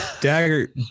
dagger